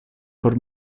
por